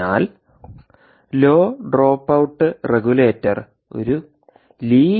അതിനാൽ low dropout regulator ഒരു linear റെഗുലേറ്ററാണ്